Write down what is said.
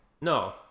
No